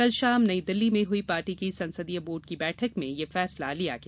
कल शाम नई दिल्ली में हुई पार्टी की संसदीय बोर्ड की बैठक में यह फैसला लिया गया